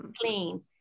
clean